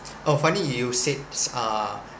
oh funny you said uh